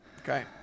Okay